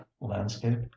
landscape